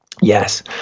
Yes